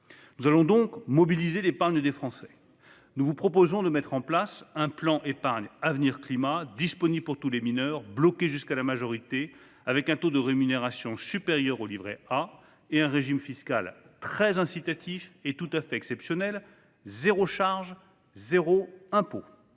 Nous allons donc mobiliser l'épargne des Français. Nous vous proposons de mettre en place un plan d'épargne avenir climat (Peac) disponible pour tous les mineurs, bloqué jusqu'à leur majorité, avec un taux de rémunération supérieur au livret A et un régime fiscal très incitatif et tout à fait exceptionnel- zéro charge, zéro impôt.